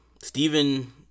Stephen